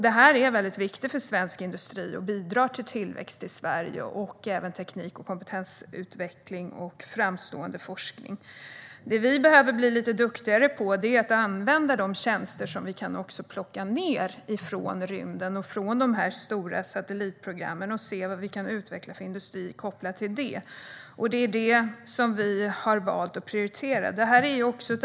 Detta är viktigt för svensk industri och bidrar till tillväxt i Sverige men även till teknik och kompetensutveckling och framstående forskning. Det vi behöver bli lite duktigare på är att använda de tjänster som vi kan plocka ned från rymden och de stora satellitprogrammen och se vilken industri vi kan utveckla kopplat till det. Det är detta som vi har valt att prioritera.